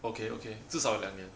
okay okay 至少有两年